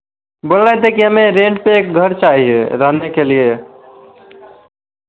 बोल रहे थे कि हमें रेंट पर एक घर चाहिए रहने के लिए